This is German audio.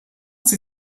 sie